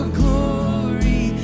glory